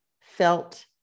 felt